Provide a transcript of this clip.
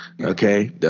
Okay